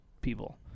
people